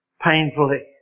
painfully